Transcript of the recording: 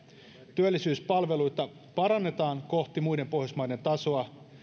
työllisyyspalveluita parannetaan kohti muiden pohjoismaiden tasoa